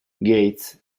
gates